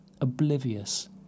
oblivious